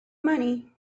money